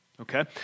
Okay